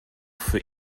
für